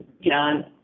John